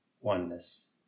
oneness